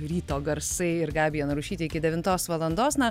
ryto garsai ir gabija narušytė iki devintos valandos na